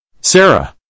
Sarah